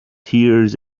tears